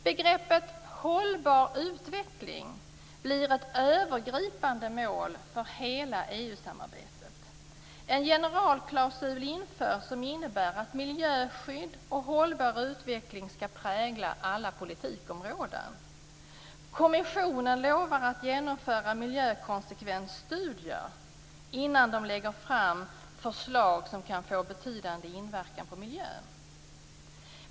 Begreppet hållbar utveckling blir ett övergripande mål för hela EU-samarbetet. En generalklausul införs som innebär att miljöskydd och hållbar utveckling skall prägla alla politikområden. Kommissionen lovar att genomföra miljökonsekvensstudier innan den lägger fram förslag som kan få betydande inverkan på miljön.